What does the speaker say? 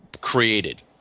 created